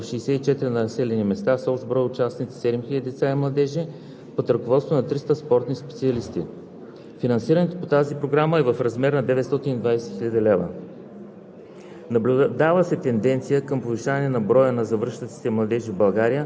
Министерството на спорта администрира изпълнението по програма „Спорт за децата в свободното време“, като са реализирани 170 одобрени проекта по 40 вида спорт в 64 населени места, с общ брой участници 7000 деца и младежи под ръководството на 300 спортни специалисти.